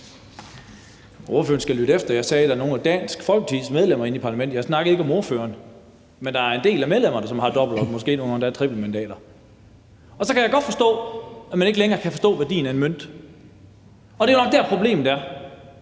Ordføreren skal lytte efter. Jeg sagde, at det gælder nogle af Dansk Folkepartis medlemmer herinde i parlamentet. Jeg snakkede ikke om ordføreren. Men der er en del af medlemmerne, som har dobbeltmandater, og måske har nogle af dem endda trippelmandater. Og så kan jeg godt forstå, at man ikke længere kan forstå værdien af en mønt. Det er nok der, problemet er.